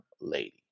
lady